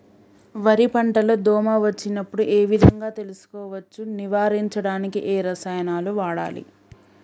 వరి పంట లో దోమ వచ్చినప్పుడు ఏ విధంగా తెలుసుకోవచ్చు? నివారించడానికి ఏ రసాయనాలు వాడాలి?